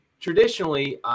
traditionally